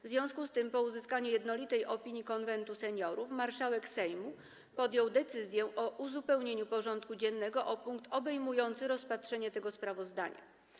W związku z tym, po uzyskaniu jednolitej opinii Konwentu Seniorów, marszałek Sejmu podjął decyzję o uzupełnieniu porządku dziennego o punkt obejmujący rozpatrzenie tego sprawozdania.